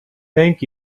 thank